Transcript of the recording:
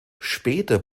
später